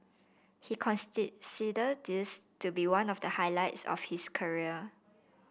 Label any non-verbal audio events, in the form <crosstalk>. he <unintelligible> this to be one of the highlights of his career